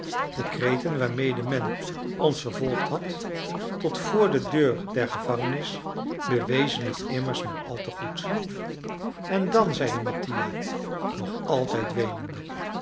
de kreten waarmede men ons vervolgd had tot voor de deur der gevangenis bewezen het immers maar al te goed en dan zeide mattia nog altijd weenende